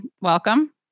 welcome